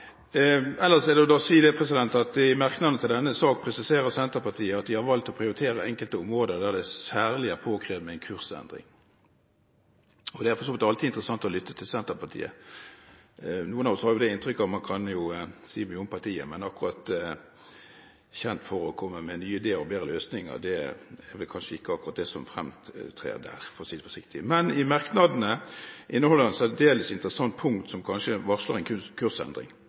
Ellers er det å si at i merknadene til denne saken presiserer Senterpartiet at de har valgt å prioritere enkelte områder der det særlig er påkrevd med en kursendring. Det er for så vidt alltid interessant å lytte til Senterpartiet. Noen av oss har det inntrykket at man kan si mye om partiet, men at de er kjent for å komme med nye ideer og bedre løsninger, er vel kanskje ikke akkurat det som fremtrer der, for å si det forsiktig. Men merknadene inneholder et særdeles interessant punkt, som kanskje varsler en kursendring.